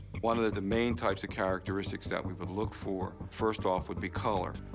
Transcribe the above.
one of the main types of characteristics that we would look for, first off, would be color.